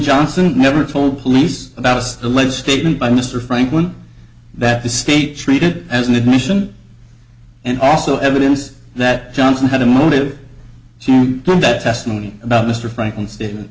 johnson never told police about as alleged statement by mr franklin that the state treated as an admission and also evidence that johnson had a motive so that testimony about mr franklyn statement